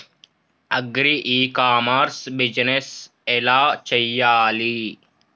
Agri e commerce business ఎలా చెయ్యాలి?